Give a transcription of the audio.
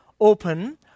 open